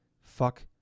fuck